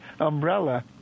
umbrella